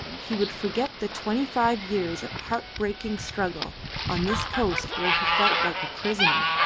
he would forget the twenty-five years of heart-breaking struggle on this coast where he felt like a prisoner.